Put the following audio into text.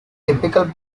typical